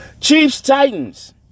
Chiefs-Titans